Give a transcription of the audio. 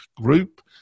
group